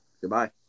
Goodbye